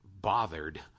bothered